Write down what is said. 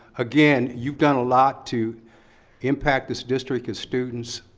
again, you've done a lot to impact this district, its students,